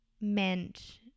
meant